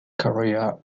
career